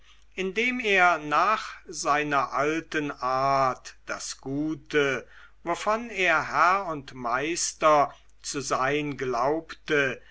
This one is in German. indem er nach seiner alten art das gute wovon er herr und meister zu sein glaubte